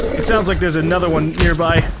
it sounds like there's another one nearby.